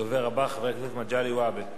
הדובר הבא, חבר הכנסת מגלי והבה,